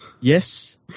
Yes